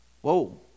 Whoa